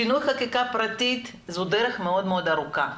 שינוי חקיקה פרטית, זאת דרך מאוד מאוד ארוכה.